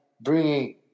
bringing